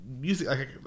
music